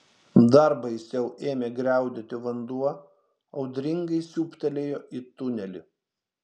dar baisiau ėmė griaudėti vanduo audringai siūbtelėjo į tunelį